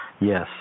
Yes